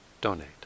donate